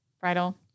bridal